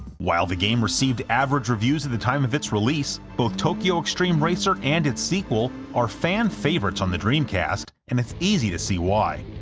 while the game received average reviews at the time of its release, both tokyo extreme racer and its sequel are fan favorites on the dreamcast, and it's easy to see why.